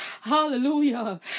hallelujah